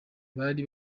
bari